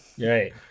Right